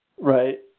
Right